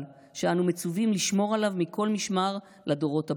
שאנו מצווים לשמור עליו מכל משמר לדורות הבאים.